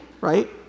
Right